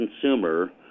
consumer